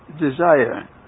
desire